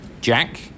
Jack